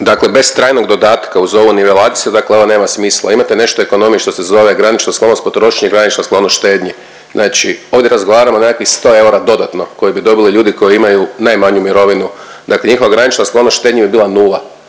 Dakle bez trajnog dodatka uz ovu nivelaciju dakle ovo nema smisla. Imate nešto u ekonomiji što se zove granična sklonost potrošnji i granična sklonost štednji. Znači ovdje razgovaramo o nekakvih 100 eura dodatno koje bi dobili ljudi koji imaju najmanju mirovinu. Dakle njihova granična sklonost štednji bi bila nula.